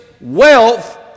wealth